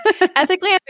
Ethically